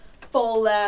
full